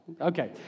okay